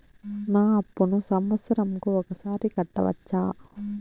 నా అప్పును సంవత్సరంకు ఒకసారి కట్టవచ్చా?